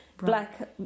Black